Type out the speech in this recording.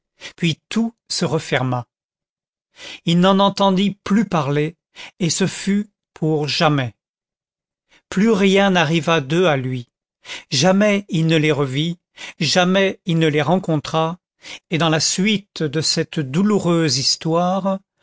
puis tout se referma il n'en entendit plus parler et ce fut pour jamais plus rien n'arriva d'eux à lui jamais il ne les revit jamais il ne les rencontra et dans la suite de cette douloureuse histoire